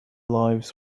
lives